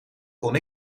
kon